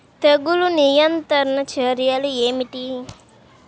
తెగులు నియంత్రణ చర్యలు ఏమిటి?